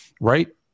right